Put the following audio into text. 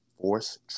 force